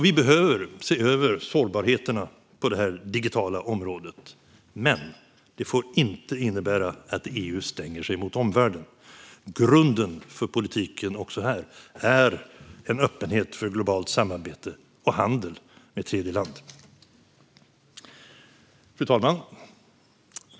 Vi behöver se över sårbarheterna på det digitala området, men detta får inte innebära att EU stänger sig mot omvärlden. Grunden för politiken är också här öppenhet för globalt samarbete och handel med tredje land. Fru talman!